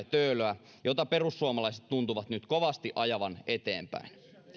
töölöä mitä perussuomalaiset tuntuvat nyt kovasti ajavan eteenpäin